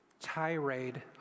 tirade